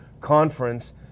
conference